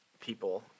people